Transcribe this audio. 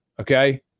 okay